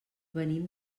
venim